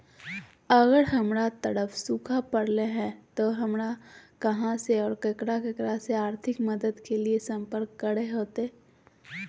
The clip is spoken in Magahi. अगर हमर तरफ सुखा परले है तो, हमरा कहा और ककरा से आर्थिक मदद के लिए सम्पर्क करे होतय?